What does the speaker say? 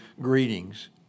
greetings